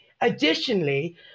additionally